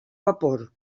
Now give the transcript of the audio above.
vapor